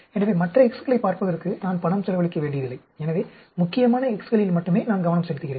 எனவே மற்ற x களைப் பார்ப்பதற்கு நான் பணம் செலவழிக்க வேண்டியதில்லை எனவே முக்கியமான x களில் மட்டுமே நான் கவனம் செலுத்துகிறேன்